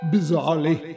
Bizarrely